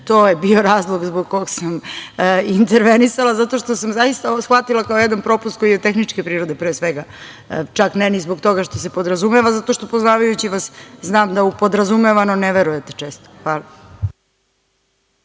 To je bio razlog zbog kog sam intervenisala, zato što sam zaista ovo shvatila kao jedan propust koji je tehničke prirode, pre svega. Čak ne ni zbog toga što se podrazumeva, zato što poznavajući vas znam da u podrazumevano ne verujete često. Hvala.